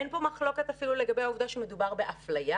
אין פה מחלוקת אפילו לגבי העובדה שמדובר באפליה.